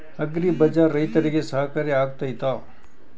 Agri Bazaar ರೈತರಿಗೆ ಸಹಕಾರಿ ಆಗ್ತೈತಾ?